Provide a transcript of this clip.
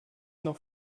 noch